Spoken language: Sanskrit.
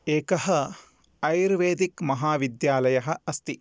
एकः आयुर्वेदिक् महाविद्यालयः अस्ति